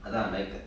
அதான்:athaan like